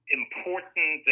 important